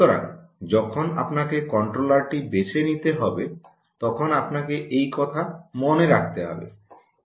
সুতরাং যখন আপনাকে কন্ট্রোলারটি বেছে নিতে হবে তখন আপনাকে এই কথা মনে রাখতে হবে